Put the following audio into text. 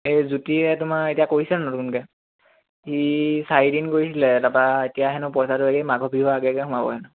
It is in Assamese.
এই জ্য়োতিয়ে তোমাৰ এতিয়া কৰিছে নতুনকৈ সি চাৰিদিন কৰিছিলে তাৰপৰা এতিয়া হেনো পইচাটো এই মাঘৰ বিহুৰ আগে আগে সোমাব হেনো